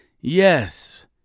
Yes